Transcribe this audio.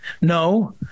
No